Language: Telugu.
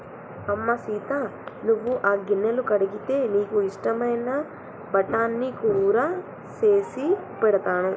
అమ్మ సీత నువ్వు ఆ గిన్నెలు కడిగితే నీకు ఇష్టమైన బఠానీ కూర సేసి పెడతాను